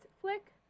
Flick